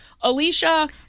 Alicia